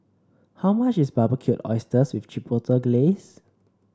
how much is Barbecued Oysters with Chipotle Glaze